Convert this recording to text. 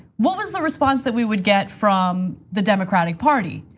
what was the response that we would get from the democratic party?